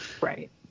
Right